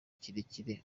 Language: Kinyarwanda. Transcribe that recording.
kirekire